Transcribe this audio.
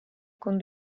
con